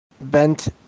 bent